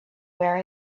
where